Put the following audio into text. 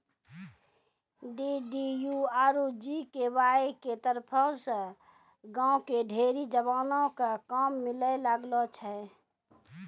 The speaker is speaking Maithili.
डी.डी.यू आरु जी.के.वाए के तरफो से गांव के ढेरी जवानो क काम मिलै लागलो छै